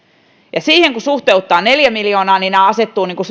ja siihen kun suhteuttaa neljä miljoonaa niin nämä asettuvat